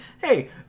hey